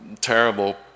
terrible